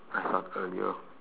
I started earlier